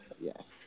yes